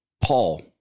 Paul